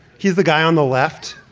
he's the guy on the left.